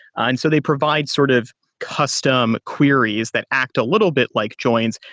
and so they provide sort of custom queries that act a little bit like joins,